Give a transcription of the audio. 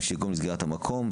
מה שיגרום לסגירת המקום.